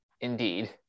Indeed